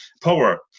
power